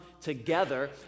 together